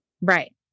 Right